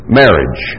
marriage